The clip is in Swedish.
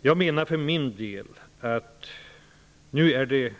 Jag menar för min del att det nu är